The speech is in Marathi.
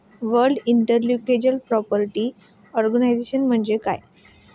वर्ल्ड इंटेलेक्चुअल प्रॉपर्टी ऑर्गनायझेशन म्हणजे काय?